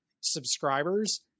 subscribers